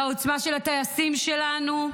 לעוצמה של הטייסים שלנו,